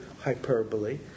hyperbole